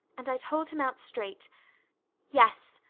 and i told him out straight yes,